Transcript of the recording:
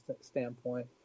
standpoint